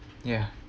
ya